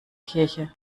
kirche